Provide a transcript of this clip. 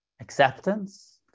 acceptance